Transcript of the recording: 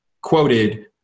quoted